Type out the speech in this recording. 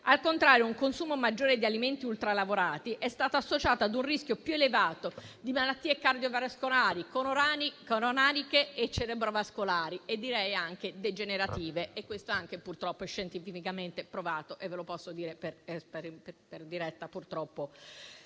Al contrario, un consumo maggiore di alimenti ultralavorati è stato associato a un rischio più elevato di malattie cardiovascolari, coronariche e cerebrovascolari e direi anche degenerative e anche questo purtroppo è scientificamente provato (e lo posso dire per esperienza